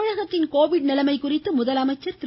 தமிழகத்தின் கோவிட் நிலைமை குறித்து முதலமைச்சர் திரு